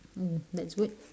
oh that's good